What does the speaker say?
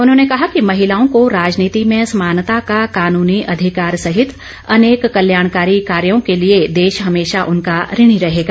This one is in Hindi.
उन्होंने कहा कि महिलाओं को राजनीति में समानता का कानूनी अधिकार सहित अनेक कल्याणकारी कार्यों के लिए देश हमेशा उनका ऋणी रहेगा